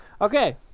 Okay